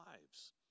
lives